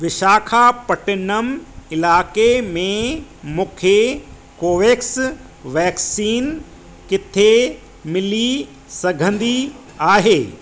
विशाखापट्टनम इलाइक़े में मूंखे कोवेक्स वैक्सीन किथे मिली सघंदी आहे